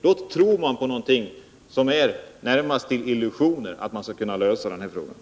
Då tror man ju på någonting som närmast är en illusion när det gäller att lösa detta problem.